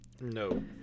No